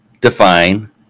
define